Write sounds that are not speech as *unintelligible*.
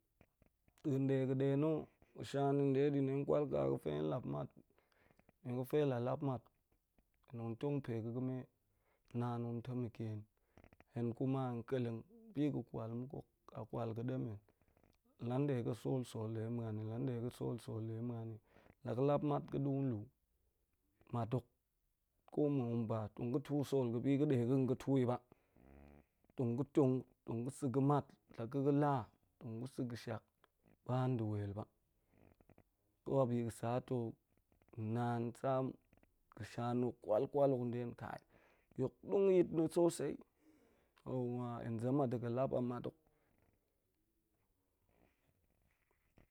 Da̱an ɗe ga̱ ɗe na̱ ma̱ shana̱ ɗe kwal ka ga̱fe hen map mat, nie ga̱fe hen la lap mat hen nen tong pe ga̱ ga̱me, naan tong tamak hen. Hen kuma hen kelang be ga̱ kwal muk hok a kwal ga̱ demen. Lan ɗe ga̱ sol, so ɗe muan ni, lan ɗe ga̱ sol, sol ɗe muan ni. La ga̱ lap mat hok ko mu tong ba, tong ga̱ tu sol ga̱ bi ga̱ de ga̱ tong ga̱ tu yi ba. Tong ga̱ tong tong ga̱ sa̱ ga̱ mat, la ga̱ ga̱ la tong ga̱ sa̱ ga̱shak ba nɗe wel ba ko a bi ga̱ sa to naan sa ga̱sha na̱ kwal kwal hok nɗe hen, kai bi hok dong yit na̱ sosai *unintelligible* hen zem a ɗe ga̱ lap a mat hok